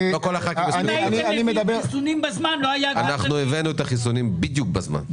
אנחנו הבאנו את החיסונים בדיוק בזמן,